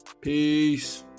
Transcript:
peace